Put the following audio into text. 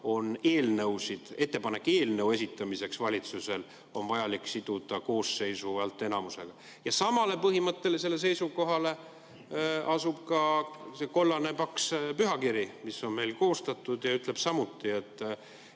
mis ütleb, et ettepanek eelnõu esitamiseks valitsusele on vajalik siduda koosseisu häälteenamusega. Samale põhimõttelisele seisukohale asub see kollane paks pühakiri, mis on meil koostatud – see ütleb samuti, et